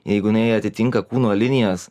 jeigu jinai atitinka kūno linijas